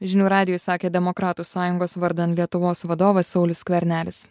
žinių radijui sakė demokratų sąjungos vardan lietuvos vadovas saulius skvernelis